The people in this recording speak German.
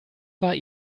war